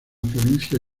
provincia